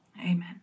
Amen